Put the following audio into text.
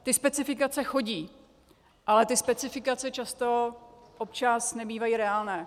Ty specifikace chodí, ale ty specifikace často, občas nebývají reálné.